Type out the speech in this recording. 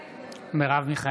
(קורא בשם חברת הכנסת) מרב מיכאלי,